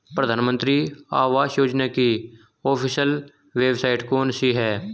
प्रधानमंत्री आवास योजना की ऑफिशियल वेबसाइट कौन सी है?